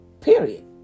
Period